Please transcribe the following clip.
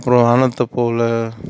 அப்புறம் வானத்தப்போல